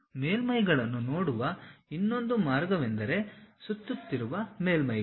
ಮೇಲ್ಮೈಗಳನ್ನು ನೋಡುವ ಇನ್ನೊಂದು ಮಾರ್ಗವೆಂದರೆ ಸುತ್ತುತ್ತಿರುವ ಮೇಲ್ಮೈಗಳು